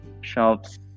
shops